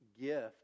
gift